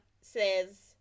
says